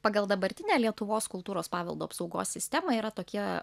pagal dabartinę lietuvos kultūros paveldo apsaugos sistemą yra tokie